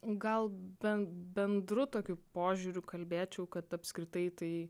gal bent bendru tokiu požiūriu kalbėčiau kad apskritai tai